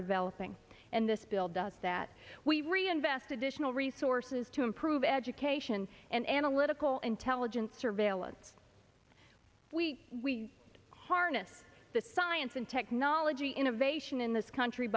developing and this bill does that we reinvest additional resources to improve education and analytical intelligence surveillance we harness the science and technology innovation in this country